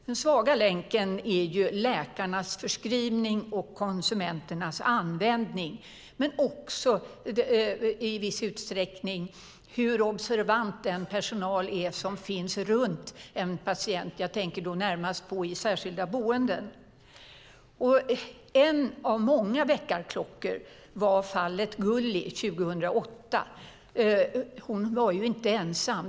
Den svaga länken är läkarnas förskrivning och konsumenternas användning men också i viss mån den personal som finns runt en patient. Jag tänker då närmast på personalen i särskilda boenden. En av många väckarklockor var fallet Gulli 2008. Hon var inte ensam.